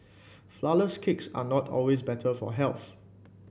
flourless cakes are not always better for health